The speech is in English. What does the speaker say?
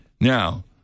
Now